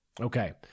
Okay